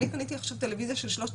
אם יש חוב של 200,000 ₪,